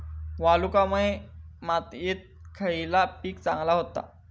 वालुकामय मातयेत खयला पीक चांगला होता?